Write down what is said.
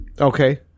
Okay